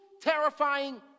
terrifying